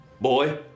boy